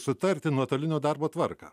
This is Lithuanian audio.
sutarti nuotolinio darbo tvarką